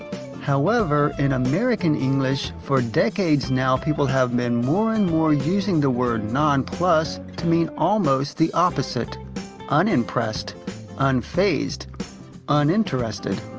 however, in american english, for decades now, people have been more and more using the word nonplussed to mean almost the opposite unimpressed unfazed uninterested.